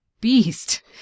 beast